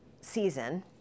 season